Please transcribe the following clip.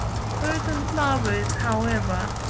in certain plovers, however,